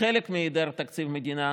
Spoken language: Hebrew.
כחלק מהיעדר תקציב מדינה,